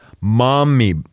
mommy